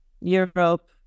Europe